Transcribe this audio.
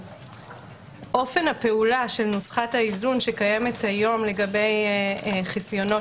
אופן הפעולה של נוסחת האיזון שקיימת היום לגבי חסיונות